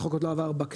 החוק עוד לא עבר בכנסת,